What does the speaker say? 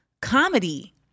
comedy